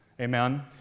Amen